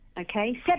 okay